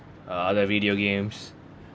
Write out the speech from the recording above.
other video games